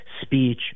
speech